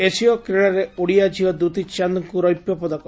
ଏସୀୟ କ୍ରୀଡ଼ାରେ ଓଡ଼ିଆ ଝିଅ ଦୂତୀ ଚାନ୍ଦ୍କୁ ରୌପ୍ୟ ପଦକ